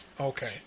Okay